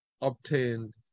obtained